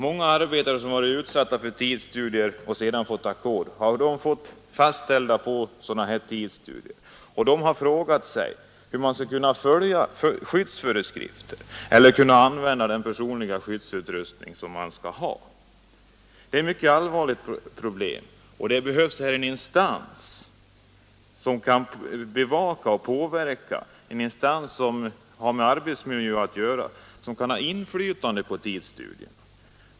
Många arbetare som har fått sina ackord fastställda genom tidsstudier har frågat sig, hur de skall kunna följa skyddsföreskrifterna eller använda den personliga skyddsutrustning som man skall ha. Det är ett mycket allvarligt problem och nu behövs här en instans som kan bevaka och påverka — en instans som har med arbetsmiljö att göra och som kan ha inflytande på tidsstudier.